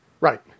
Right